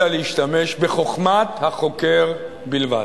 להשתמש בחוכמת החוקר בלבד.